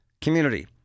community